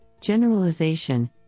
generalization